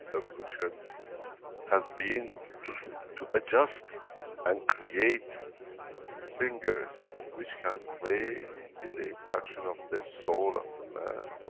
evolution has been to adjust and create fingers which can play in the interaction of the soul of the man,